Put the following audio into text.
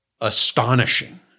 astonishing